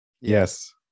Yes